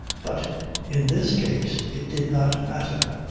but in this case it did not matter.